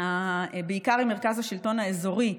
בעיקר עם מרכז השלטון האזורי,